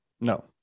no